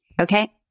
Okay